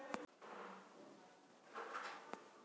कार्बनिक कपास एगो प्रकार के बहुशर्करा पदार्थ होबो हइ